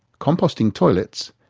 composting toilets,